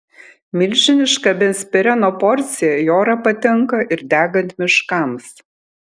milžiniška benzpireno porcija į orą patenka ir degant miškams